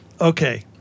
okay